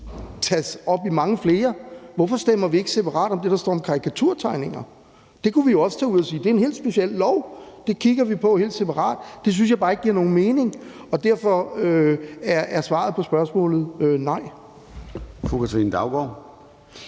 deles op i mange flere. Hvorfor stemmer vi ikke separat om det, der står om karikaturtegninger? Det kunne vi jo også tage ud og så sige: Det er en helt speciel lov, det kigger vi på helt separat. Det synes jeg bare ikke giver nogen mening, og derfor er svaret på spørgsmålet nej. Kl. 11:30 Formanden